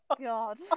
God